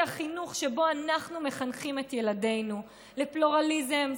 החינוך שבו אנחנו מחנכים את ילדינו: לפלורליזם,